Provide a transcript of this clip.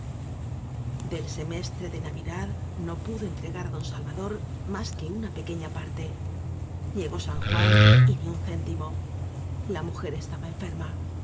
del semestre de navidad no pudo entre gar á don salvador más que una pequeña parte llegó san juan y ni un céntimo la mujer estaba enferma